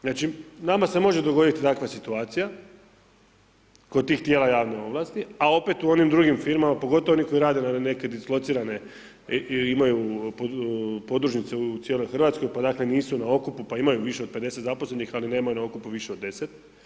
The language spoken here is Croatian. Znači nama se može dogoditi dakle situacija kod tih tijela javne ovlasti a opet u onim drugim firmama pogotovo oni koji rade na neke dislocirane, imaju podružnice u cijeloj Hrvatskoj pa dakle nisu na okupu pa imaju više od 50 zaposlenih ali nemaju na okupu više od 10.